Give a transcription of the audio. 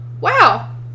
wow